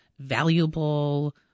valuable